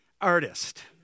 artist